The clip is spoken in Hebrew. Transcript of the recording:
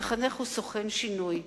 מחנך הוא סוכן שינוי.